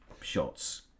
shots